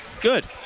Good